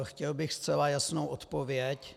Chtěl bych zcela jasnou odpověď.